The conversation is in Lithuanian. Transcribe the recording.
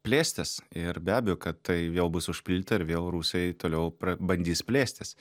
plėstis ir be abejo kad tai vėl bus užpildyta ir vėl rusai toliau pra pabandys plėstis